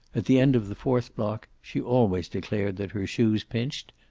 at the end of the fourth block she always declared that her shoes pinched,